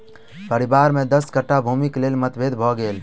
परिवार में दस कट्ठा भूमिक लेल मतभेद भ गेल